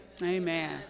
amen